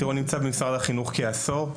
אני נמצא במשרד החינוך מזה כעשור.